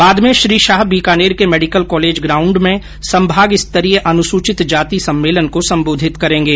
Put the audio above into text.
बाद में श्री शाह बीकानेर के मेडिकल कॉलेज ग्राउंड में संभाग स्तरीय अनुसूचित जाति सम्मेलन को संबोधित करेंगे